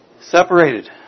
Separated